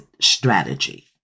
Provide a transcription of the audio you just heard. strategy